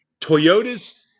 Toyotas